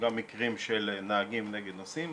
וגם מקרים של נהגים נגד נוסעים,